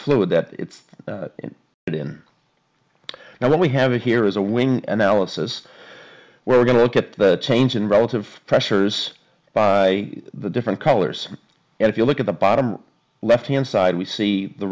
fluid that it's in now what we have here is a wing and alice's we're going to look at the change in relative pressures by the different colors and if you look at the bottom left hand side we see the